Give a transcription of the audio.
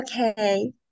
Okay